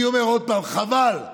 אני אומר עוד פעם: חבל,